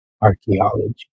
archaeology